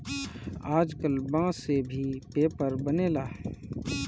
आजकल बांस से भी पेपर बनेला